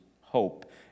hope